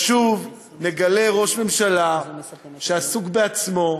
שוב נגלה ראש ממשלה שעסוק בעצמו,